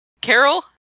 Carol